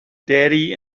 daddy